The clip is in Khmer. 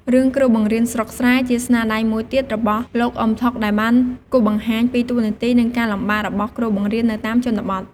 រឿងគ្រូបង្រៀនស្រុកស្រែ ជាស្នាដៃមួយទៀតរបស់ លោក អ៊ឹម ថុក ដែលបានគូសបង្ហាញពីតួនាទី និងការលំបាករបស់គ្រូបង្រៀននៅតាមជនបទ។